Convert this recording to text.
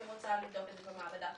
היא רוצה לבדוק את זה במעבדה פרטית.